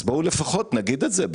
במסגרת השקיפות והוודאות בואו נגיד לזוגות